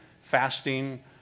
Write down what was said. fasting